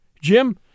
Jim